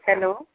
hello